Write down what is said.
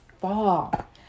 fall